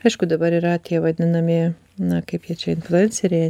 aišku dabar yra tie vadinami na kaip jie čia influenceriai